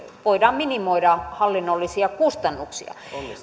voidaan minimoida hallinnollisia kustannuksia